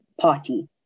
party